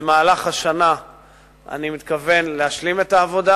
במהלך השנה אני מתכוון להשלים את העבודה.